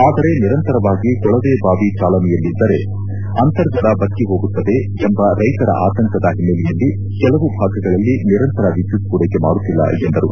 ಆದರೆ ನಿರಂತರವಾಗಿ ಕೊಳವೆ ಬಾವಿ ಚಾಲನೆಯಲ್ಲಿದ್ದರೆ ಅಂತರ್ಜಲ ಬತ್ತಿ ಹೋಗುತ್ತದೆ ಎಂಬ ರೈತರ ಆತಂಕದ ಹಿನ್ನೆಲೆಯಲ್ಲಿ ಕೆಲವು ಭಾಗಗಳಲ್ಲಿ ನಿರಂತರ ವಿದ್ಯುತ್ ಪೂರೈಕೆ ಮಾಡುತ್ತಿಲ್ಲ ಎಂದರು